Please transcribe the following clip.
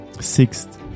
Sixth